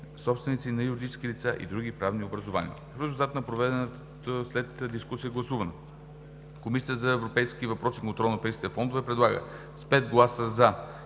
собственици на юридическите лица и други правни образувания. В резултат на проведеното след дискусията гласуване Комисията по европейските въпроси и контрол на европейските фондове предлага с 5 гласа „за“